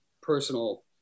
personal